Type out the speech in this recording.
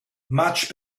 much